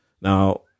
Now